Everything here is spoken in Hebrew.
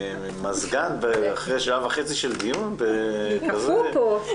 קודם כל אם אני לא טועה, נעמה